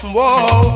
Whoa